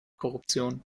korruption